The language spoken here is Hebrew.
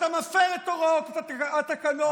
אתה מפר את הוראות התקנון.